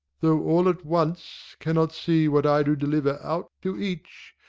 though all at once cannot see what i do deliver out to each,